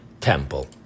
temple